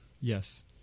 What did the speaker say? Yes